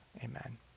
amen